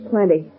Plenty